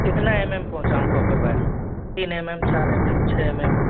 कितना M M पहुँचाऊँ copper wire तीन एम एम चार एम एम छ एम एम